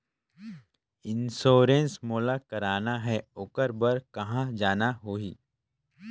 Insurance मोला कराना हे ओकर बार कहा जाना होही?